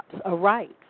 aright